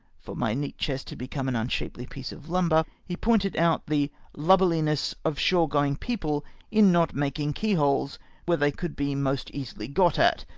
for my neat chest had become an unshapely piece of lumber, he pointed out the lubberliness of shore going people in not making keyholes where they could be most easily got at,